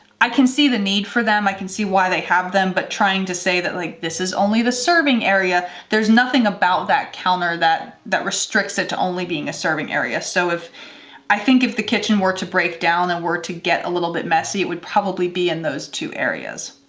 i can see the need for them. i can see why they have them, but trying to say that like this is only the serving area. there's nothing about that counter, that that restricts it to only being a serving area. so if i think if the kitchen were to break down and were to get a little bit messy, it would probably be in those two areas.